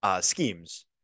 schemes